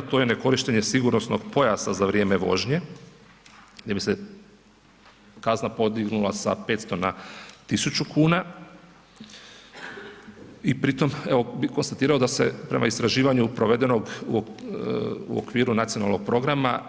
To je ne korištenje sigurnosnog pojasa za vrijeme vožnje, gdje bi se kazna podignula sa 500 na 1.000 kuna i pri tom bi konstatirao da se prema istraživanju provedenog u okviru nacionalnog programa